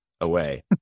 away